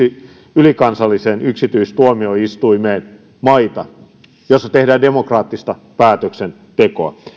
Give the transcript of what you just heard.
ylikansalliseen yksityistuomioistuimeen maita joissa tehdään demokraattista päätöksentekoa